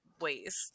ways